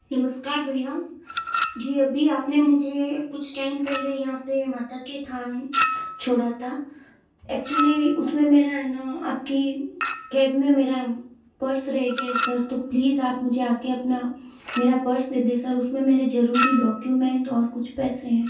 नमस्कार भैया जी अभी अपने मुझे कुछ टाइम पहले यहाँ पर माता के थान छोड़ा था एक्चुअल्ली उसमें मेरा है न आपकी कैब में मेरा पर्स रह गया सर तो प्लीज आप मुझे आकार अपना मेरा पर्स दे दे सर उसमें मेरा जरूरी डॉक्यूमेंट और कुछ पैसे हैं